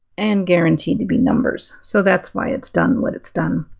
and guaranteed to be numbers, so that's why it's done what it's done.